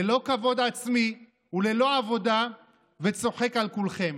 ללא כבוד עצמי וללא עבודה וצוחק על כולכם.